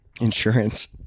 insurance